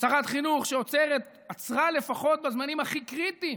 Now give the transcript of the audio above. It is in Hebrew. שרת חינוך שעוצרת, עצרה לפחות, בזמנים הכי קריטיים